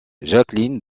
jacqueline